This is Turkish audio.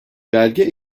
belge